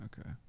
Okay